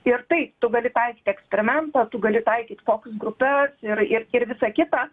ir taip tu gali taikyt eksperimentą tu gali taikyt fokus grupes ir ir ir visa kita